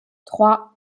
trois